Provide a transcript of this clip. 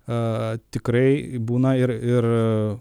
a tikrai būna ir ir